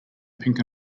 pink